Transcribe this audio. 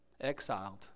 exiled